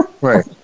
right